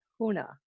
HUNA